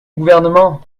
gouvernement